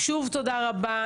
שוב, תודה רבה.